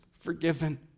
Forgiven